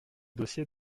dossier